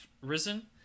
risen